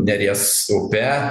neries upe